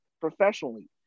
Professionally